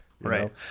Right